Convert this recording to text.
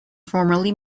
formerly